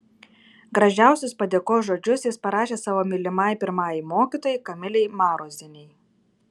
gražiausius padėkos žodžius jis parašė savo mylimai pirmajai mokytojai kamilei marozienei